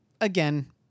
again